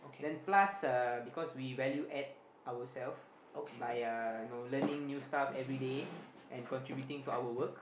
then plus uh because we value add ourselves by uh you know learning new stuff everyday and contributing to our work